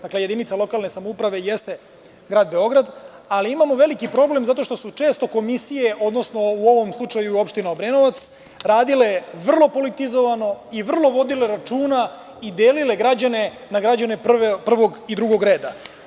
Dakle, jedinica lokalne samouprave jeste Grad Beograd, ali imamo veliki problem zato što su često komisije, odnosno u ovom slučaju opština Obrenovac, radile vrlo politizovano i vodile računa i delile građane na građane prvog i drugog reda.